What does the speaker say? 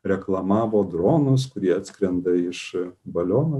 reklamavo dronus kurie atskrenda iš baliono